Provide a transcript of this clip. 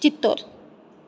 Chittor